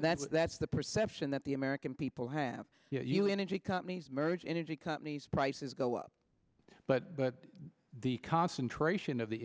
that's the perception that the american people have you energy companies marriage energy companies prices go up but the concentration of the